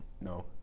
No